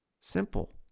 Simple